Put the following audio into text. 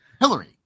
Hillary